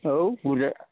औ बुरजा